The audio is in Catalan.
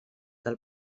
del